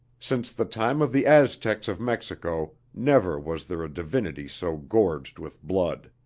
since the time of the aztecs of mexico never was there a divinity so gorged with blood.